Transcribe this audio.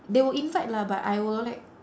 they will invite lah but I will like